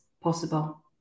possible